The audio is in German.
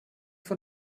von